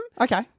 Okay